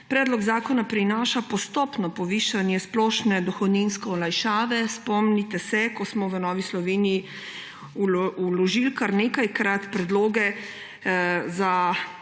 Predlog zakona prinaša postopno povišanje splošne dohodninske olajšave. Spomnite se, ko smo v Novi Sloveniji kar nekajkrat vložili predloge za